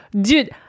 Dude